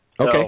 Okay